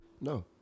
No